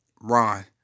Ron